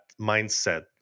mindset